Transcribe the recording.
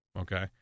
okay